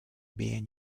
being